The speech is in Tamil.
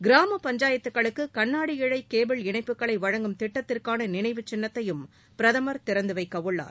கிராம பஞ்சாயத்துக்களுக்கு கண்ணாடியிழை கேபிள் இணைப்புகளை வழங்கும் திட்டத்திற்கான நினைவுச் சின்னத்தையும் பிரதமர் திறந்து வைக்கவுள்ளார்